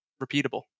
repeatable